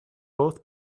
both